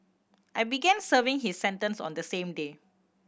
he began serving his sentence on the same day